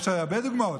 יש הרבה דוגמאות,